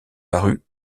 paru